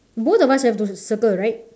both of us have to circle right